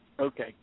Okay